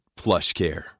PlushCare